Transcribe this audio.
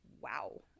Wow